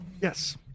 Yes